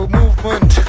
movement